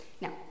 Now